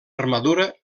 armadura